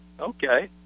okay